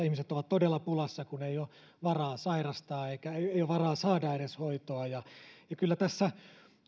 ihmiset ovat todella pulassa kun ei ole varaa sairastaa eikä ole varaa saada edes hoitoa ja kyllä tässä